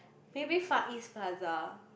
maybe Far East Plaza